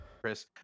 Chris